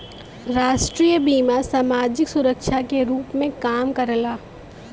राष्ट्रीय बीमा समाजिक सुरक्षा के रूप में काम करला